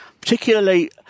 particularly